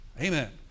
amen